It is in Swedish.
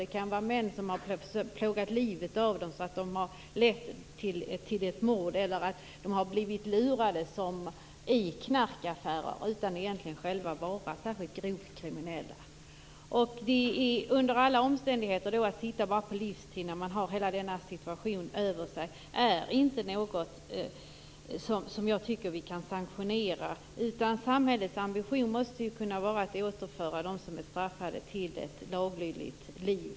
Det kan vara så att män har plågat livet ur dem och att detta har lett till ett mord, eller de kan ha blivit lurade i knarkaffärer utan att själva egentligen vara särskilt grovt kriminella. Jag tycker inte att vi kan sanktionera livstidsstraff för kvinnor som befinner sig i den situationen. Samhällets ambition måste vara att de som är straffade skall återföras till ett laglydigt liv.